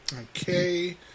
Okay